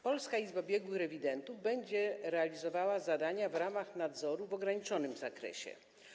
Polska Izba Biegłych Rewidentów będzie realizowała zadania w ramach nadzoru w ograniczonym zakresie.